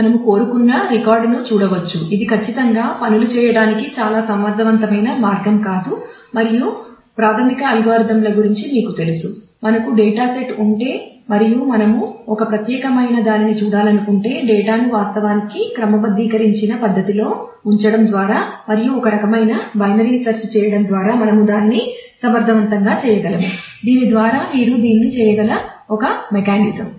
మనము కోరుకున్న రికార్డును చూడవచ్చు ఇది ఖచ్చితంగా పనులు చేయటానికి చాలా సమర్థవంతమైన మార్గం కాదు మరియు ప్రాథమిక అల్గోరిథంల చేయడం ద్వారా మనము దానిని సమర్థవంతంగా చేయగలము దీని ద్వారా మీరు దీన్ని చేయగల ఒక మెకానిజం